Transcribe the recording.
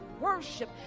worship